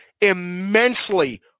immensely